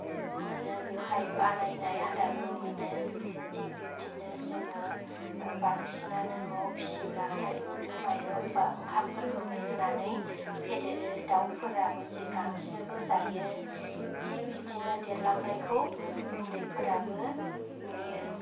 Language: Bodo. मोनो बेवहाय बानायनाय आदारबो मोनो थिक बिब्दिनो जोङो बांसिनानो न'आव फिसिब्लाथाइ न'नि माइरं बा ओंखामफोरखौनो होनानै फेदेरो दाउफोराबो जे गांसोबो जायो थिक बिदिनो देरलांनायखौ उन्दैफोराबो नुयो